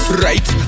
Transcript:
right